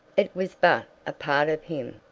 it was but a part of him.